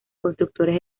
constructores